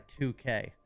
2K